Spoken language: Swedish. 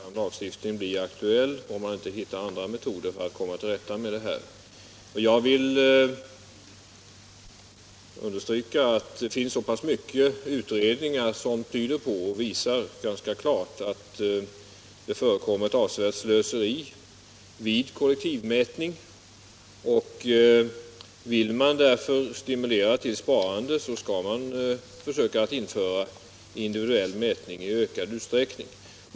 Herr talman! Det framgår av mitt svar på herr Granstedts fråga att lagstiftning kan bli aktuell om man inte hittar andra sätt att komma till rätta med problemet. Jag vill understryka att det finns många utredningar som klart visar att det förekommer ett avsevärt slöseri vid kollektiv mätning. Vill man stimulera till sparande skall man därför försöka införa individuell mätning i ökad utsträckning.